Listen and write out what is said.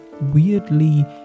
weirdly